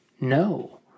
no